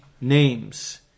names